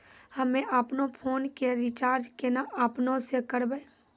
हम्मे आपनौ फोन के रीचार्ज केना आपनौ से करवै?